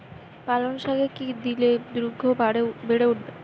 পালং শাকে কি দিলে শিঘ্র বেড়ে উঠবে?